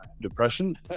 depression